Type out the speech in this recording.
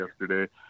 yesterday